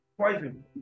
poison